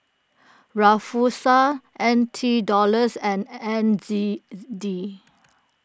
Rufiyaa N T Dollars and N Z D